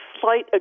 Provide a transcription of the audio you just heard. slight